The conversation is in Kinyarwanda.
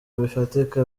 bifatika